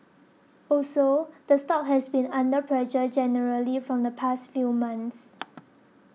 also the stock has been under pressure generally from the past few months